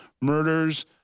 murders